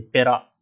Perak